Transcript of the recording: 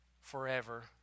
forever